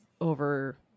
over